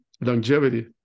longevity